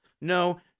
No